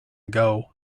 ago